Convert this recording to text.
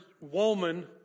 woman